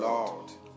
Lord